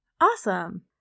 Awesome